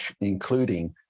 including